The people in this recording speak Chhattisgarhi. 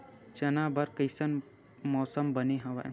चना बर कइसन मौसम बने हवय?